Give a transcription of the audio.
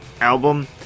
album